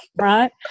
Right